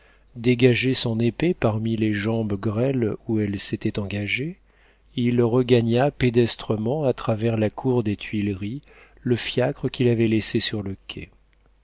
dégagé son épée parmi les jambes grêles où elle s'était engagée il regagna pédestrement à travers la cour des tuileries le fiacre qu'il avait laissé sur le quai